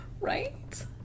Right